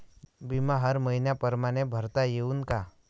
बिमा हर मइन्या परमाने भरता येऊन का?